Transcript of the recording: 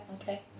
okay